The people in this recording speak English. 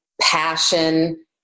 passion